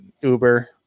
uber